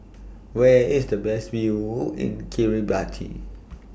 Where IS The Best View in Kiribati